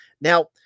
Now